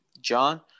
John